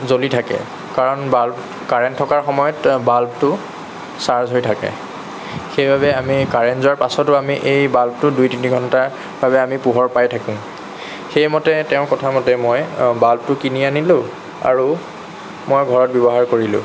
জ্বলি থাকে কাৰণ বাল্ব কাৰেন্ট থকাৰ সময়ত বাল্বটো চাৰ্জ হৈ থাকে সেইবাবে আমি কাৰেন্ট যোৱাৰ পাছতো আমি এই বাল্বটো দুই তিনি ঘন্টাৰ বাবে আমি পোহৰ পাই থাকিম সেইমতে তেওঁৰ কথা মতে মই বাল্বটো কিনি আনিলোঁ আৰু মই ঘৰত ব্যৱহাৰ কৰিলোঁ